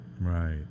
Right